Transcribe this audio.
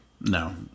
No